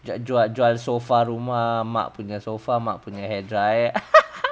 jual jual jual sofa rumah mak punya sofa mak punya hair dryer